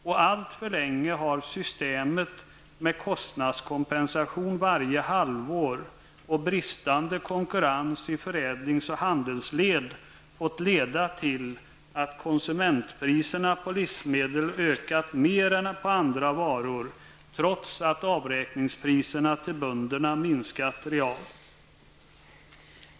Och alltför länge har systemet med kostnadskompensation varje halvår och bristande konkurrens i förädlings och handelsled fått leda till att konsumentpriserna på livsmedel ökat mer än på andra varor trots att avräkningspriserna till bönderna minskat realt.